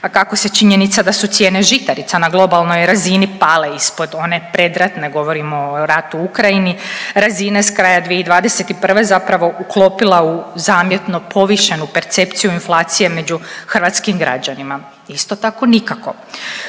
a kako se činjenica su cijene žitarica na globalnoj razini pale ispod one predratne, govorimo o ratu u Ukrajini, razine s kraja 2021. zapravo uklopila u zamjetno povišenu percepciju inflacije među hrvatskim građanima, isto tako nikako.